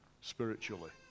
spiritually